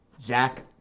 Zach